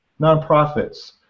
nonprofits